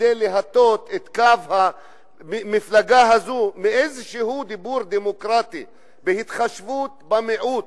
כדי להטות את קו המפלגה הזו מאיזשהו דיבור דמוקרטי והתחשבות במיעוט,